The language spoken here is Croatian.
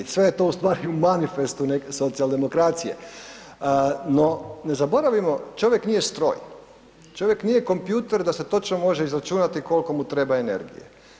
Sve je to ustvari manifest neke socijaldemokracije, no ne zaboravimo čovjek nije stroj, čovjek nije kompjuter da se točno može izračunati koliko mu treba energije.